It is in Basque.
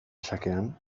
xakean